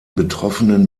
betroffenen